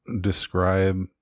describe